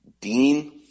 Dean